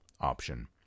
option